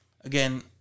again